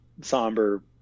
somber